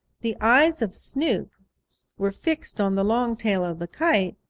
the eyes of snoop were fixed on the long tail of the kite,